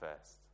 first